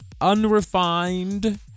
unrefined